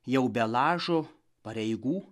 jau be lažo pareigų